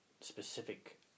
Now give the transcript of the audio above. specific